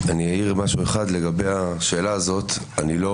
אעיר דבר אחד לגבי השאלה הזאת: אני לא